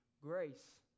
grace